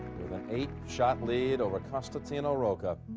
with an eight shot lead over costantino rocca.